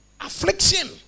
Affliction